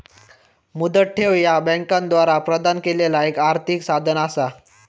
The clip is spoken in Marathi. मुदत ठेव ह्या बँकांद्वारा प्रदान केलेला एक आर्थिक साधन असा